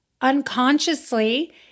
unconsciously